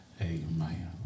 Amen